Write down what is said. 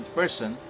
person